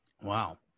Wow